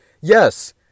Yes